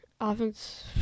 Offense